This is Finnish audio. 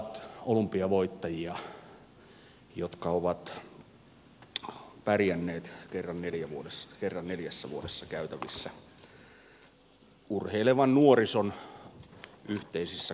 he ovat olympiavoittajia jotka ovat pärjänneet kerran neljässä vuodessa käytävissä urheilevan nuorison yhteisissä koitoksissa